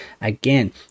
again